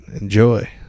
enjoy